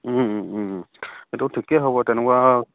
ও এইটো ঠিককে হ'ব তেনেকুৱা